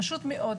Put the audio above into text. פשוט מאוד,